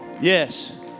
Yes